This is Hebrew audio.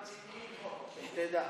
הרציניים פה, רק שתדע.